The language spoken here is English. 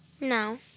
No